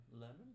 lemon